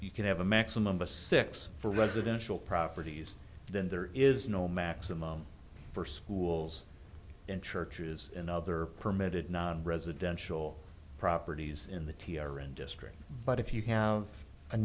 you can have a maximum of a six for residential properties then there is no maximum for schools and churches and other permitted not residential properties in the t r n district but if you have a